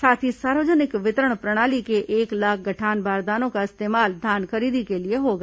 साथ ही सार्वजनिक वितरण प्रणाली के एक लाख गठान बारदानों का इस्तेमाल धान खरीदी के लिए होगा